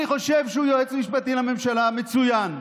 אני חושב שהוא יועץ משפטי לממשלה מצוין,